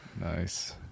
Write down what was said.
Nice